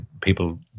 people